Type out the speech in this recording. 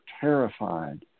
terrified